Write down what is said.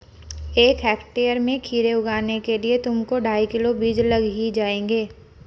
एक हेक्टेयर में खीरे उगाने के लिए तुमको ढाई किलो बीज लग ही जाएंगे